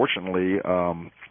unfortunately